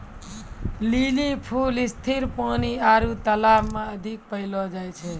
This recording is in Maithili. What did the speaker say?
लीली फूल स्थिर पानी आरु तालाब मे अधिक पैलो जाय छै